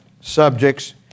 subjects